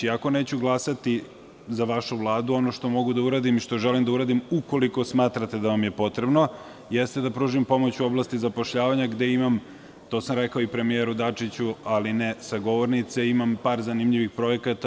Iako neću glasati za vašu Vladu, ono što mogu da uradim i što želim da uradim, ukoliko smatrate da vam je potrebno, jeste da pružim pomoć u oblasti zapošljavanja, gde imam, to sam rekao i premijeru Dačiću, ali ne sa govornice, imam par zanimljivih projekata.